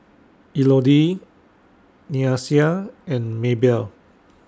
Elodie Nyasia and Maybell